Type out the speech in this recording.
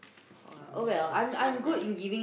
I'm always the smart guy